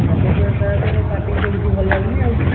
ଖାଦ୍ୟ ପେୟ ସାର୍ ପାଟିକି ତ କିଛି ଭଲ ଲାଗୁନି ଆଉ